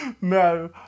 No